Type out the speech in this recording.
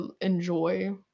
enjoy